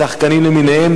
שחקנים למיניהם,